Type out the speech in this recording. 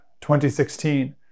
2016